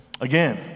again